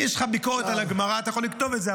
יש לך ביקורת על הגמרא, אתה יכול לכתוב את זה.